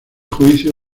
juicio